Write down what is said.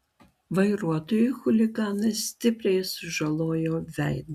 vairuotojui chuliganas stipriai sužalojo veidą